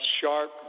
sharp